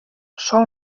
sol